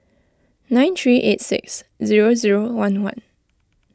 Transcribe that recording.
nine three eight six zero zero one one